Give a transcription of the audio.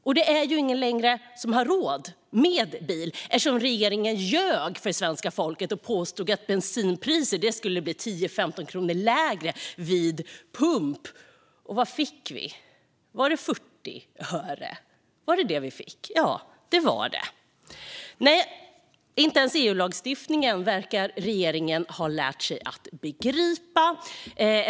Och ingen har ju längre råd med bil eftersom regeringen ljög för svenska folket och påstod att bensinpriset skulle bli 10-15 kronor lägre vid pump. Vad fick vi? Var det 40 öre? Ja, det var det. Inte ens EU-lagstiftningen verkar regeringen ha lärt sig att begripa.